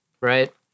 right